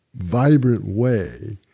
vibrant way,